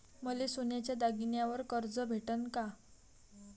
मले सोन्याच्या दागिन्यावर कर्ज भेटन का?